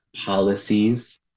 policies